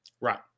right